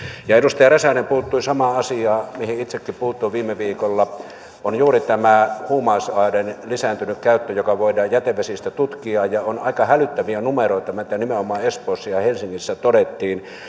ja edustaja räsänen puuttui samaan asiaan kuin mihin itsekin puutuin viime viikolla juuri tähän huumausaineiden lisääntyneeseen käyttöön joka voidaan jätevesistä tutkia on aika hälyttäviä numeroita mitä nimenomaan espoossa ja helsingissä todettiin